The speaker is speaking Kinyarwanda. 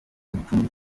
igicumbi